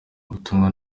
ubutumwa